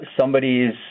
somebody's